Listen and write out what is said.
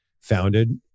founded